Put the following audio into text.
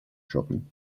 shopping